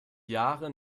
jahre